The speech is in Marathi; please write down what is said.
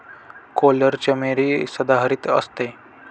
कोरल चमेली सदाहरित असते